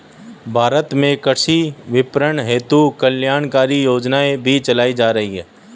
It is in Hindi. भारत में कृषि विपणन हेतु कल्याणकारी योजनाएं भी चलाई जा रही हैं